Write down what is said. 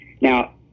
Now